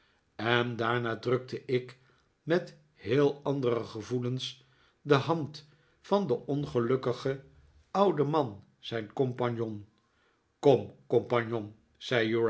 en daarna drukte ik met heel andere gevoelens de hand van den ongelukkigen ouden man zijn compagnon kom compagnon